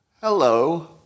Hello